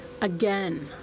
again